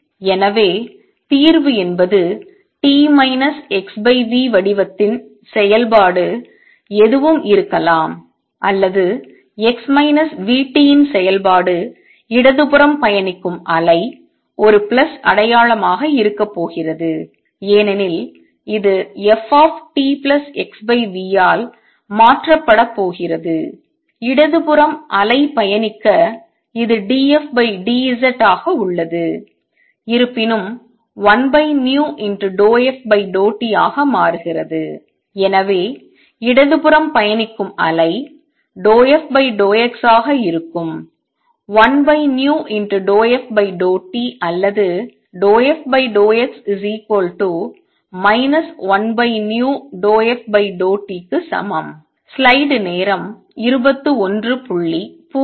எனவே தீர்வு என்பது t x v வடிவத்தின் செயல்பாடு எதுவும் இருக்கலாம் அல்லது x vt இன் செயல்பாடு இடதுபுறம் பயணிக்கும் அலை ஒரு பிளஸ் அடையாளமாக இருக்கப் போகிறது ஏனெனில் இது ft xv ஆல் மாற்றப்படப் போகிறது இடதுபுறம் அலை பயணிக்க இது df dz ஆக உள்ளது இருப்பினும் 1v∂f∂t ஆக மாறுகிறது எனவே இடதுபுறம் பயணிக்கும் அலை ∂fx ஆக இருக்கும் 1v∂f∂t அல்லது ∂f∂x 1v∂f∂tக்கு சமம்